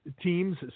teams